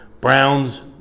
Browns